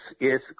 yes